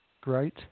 Great